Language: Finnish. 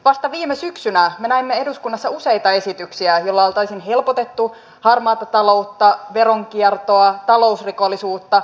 vasta viime syksynä me näimme eduskunnassa useita esityksiä joilla oltaisiin helpotettu harmaata taloutta veronkiertoa talousrikollisuutta